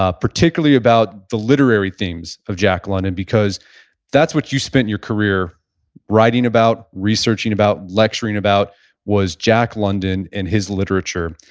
ah particularly about the literary themes of jack london because that's what you spent your career writing about, researching about, lecturing about was jack london and his literature.